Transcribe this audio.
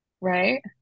right